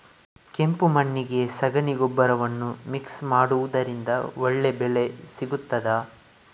ಕೆಂಪು ಮಣ್ಣಿಗೆ ಸಗಣಿ ಗೊಬ್ಬರವನ್ನು ಮಿಕ್ಸ್ ಮಾಡುವುದರಿಂದ ಒಳ್ಳೆ ಬೆಳೆ ಸಿಗುತ್ತದಾ?